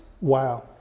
Wow